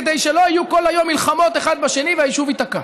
כדי שלא יהיו כל היום מלחמות אחד בשני והיישוב ייתקע.